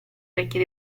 orecchie